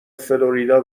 فلوریدا